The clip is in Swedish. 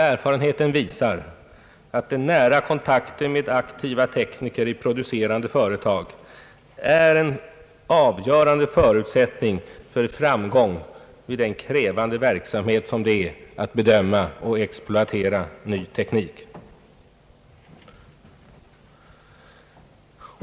Erfarenheten visar att den nära kontakten med aktiva tekniker i producerande företag är ett avgörande villkor för framgång i den krävande verksamhet som det innebär att bedöma och exploatera ny teknik.